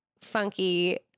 funky